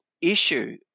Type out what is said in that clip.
issue